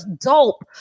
dope